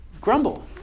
grumble